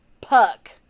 puck